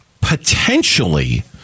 potentially